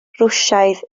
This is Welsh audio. rwsiaidd